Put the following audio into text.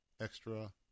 extra